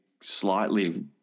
slightly